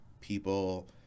People